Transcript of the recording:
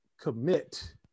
commit